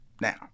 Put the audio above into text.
now